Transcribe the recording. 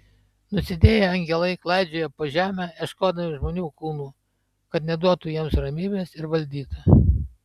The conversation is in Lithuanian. nusidėję angelai klaidžioja po žemę ieškodami žmonių kūnų kad neduotų jiems ramybės ir valdytų